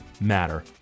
matter